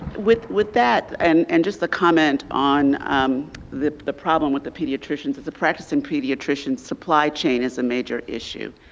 with with that and and just the comment on um the the problem with the pediatricians, is a practice in pediatricians supply chain is a major issue.